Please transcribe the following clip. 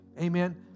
Amen